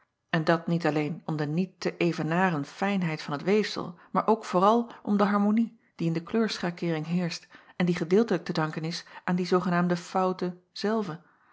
en dat niet alleen om de niet te evenaren fijnheid van het weefsel maar ook vooral om de harmonie die in de kleurschakeering heerscht en die gedeeltelijk te danken is aan die zoogenaamde fouten zelve